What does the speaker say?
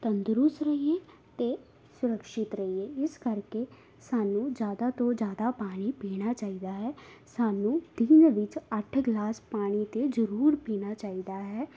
ਤੰਦਰੁਸਤ ਰਹੀਏ ਅਤੇ ਸੁਰਕਸ਼ਿਤ ਰਹੀਏ ਇਸ ਕਰਕੇ ਸਾਨੂੰ ਜ਼ਿਆਦਾ ਤੋਂ ਜ਼ਿਆਦਾ ਪਾਣੀ ਪੀਣਾ ਚਾਹੀਦਾ ਹੈ ਸਾਨੂੰ ਦਿਨ ਵਿੱਚ ਅੱਠ ਗਿਲਾਸ ਪਾਣੀ ਦੇ ਜ਼ਰੂਰ ਪੀਣਾ ਚਾਹੀਦਾ ਹੈ